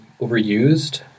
overused